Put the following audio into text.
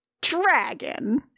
dragon